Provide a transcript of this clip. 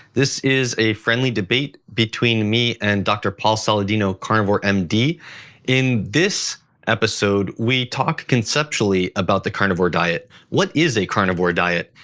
this is a friendly debate between me and dr. paul saladino, carnivore um in this episode, we talk conceptually about the carnivore diet. what is a carnivore diet?